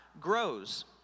grows